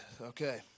okay